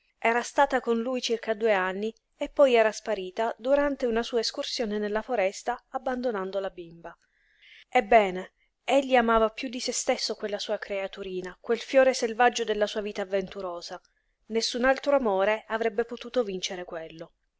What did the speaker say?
era stata con lui circa due anni e poi era sparita durante una sua escursione nella foresta abbandonando la bimba ebbene egli amava piú di se stesso quella sua creaturina quel fiore selvaggio della sua vita avventurosa nessun altro amore avrebbe potuto vincere quello